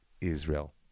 Israel